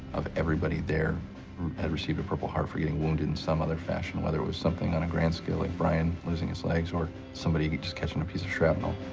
of everybody there had received a purple heart for getting wounded in some other fashion, whether it was something on a grand scale like and brian losing his legs, or somebody just catching a piece of shrapnel.